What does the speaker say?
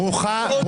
ברוכה הבאה.